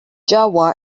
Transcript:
java